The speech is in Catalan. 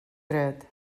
dret